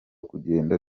kugenda